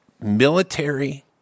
military